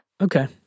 Okay